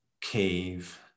cave